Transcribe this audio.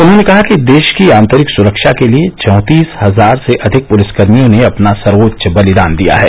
उन्होंने कहा कि देश की आतंरिक सुरक्षा के लिए चौंतीस हजार से अधिक पुलिसकर्मियों ने अपना सर्वोच्च बलिदान दिया है